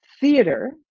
theater